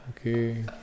okay